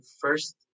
first